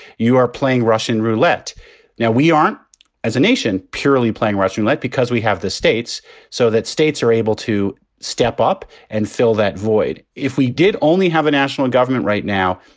you are playing russian roulette now. we aren't as a nation purely playing russian roulette like because we have the states so that states are able to step up and fill that void if we did only have a national government right now,